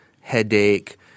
headache